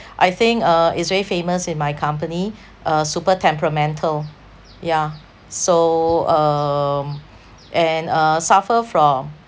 I think uh is very famous in my company uh super temperamental yeah so um and uh suffer from